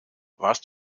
warst